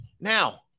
Now